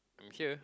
I'm here